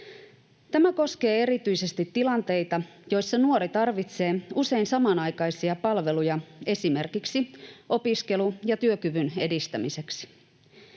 Tämä koskee erityisesti tilanteita, joissa nuori tarvitsee usein samanaikaisia palveluja esimerkiksi opiskelu- ja työkyvyn edistämiseksi.